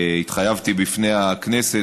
התחייבתי לפני הכנסת,